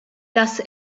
das